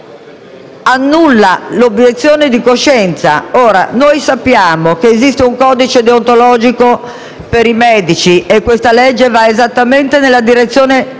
Quindi, annulla l'obiezione di coscienza. Sappiamo che esiste un codice deontologico per i medici e questo disegno di legge va esattamente nella direzione